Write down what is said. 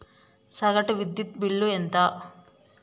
సగటు విద్యుత్ బిల్లు ఎంత?